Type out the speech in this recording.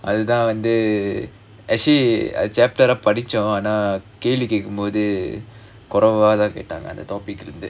அதுதான் வந்து:adhuthaan vandhu chapter ah படிச்சோம் ஆனா கேள்வி கேட்கும் போது குறைவாத்தான் கேட்டாங்க அந்த:padichom aanaa kelvi ketkumpothu kuraivaathan kettaanga andha topic leh இருந்து:irunthu